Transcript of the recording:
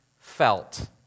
felt